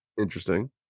Interesting